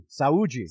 Saúde